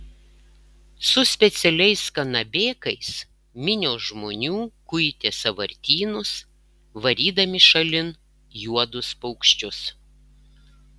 su specialiais kanabėkais minios žmonių kuitė sąvartynus varydami šalin juodus paukščius